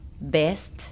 best